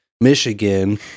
Michigan